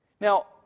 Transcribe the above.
Now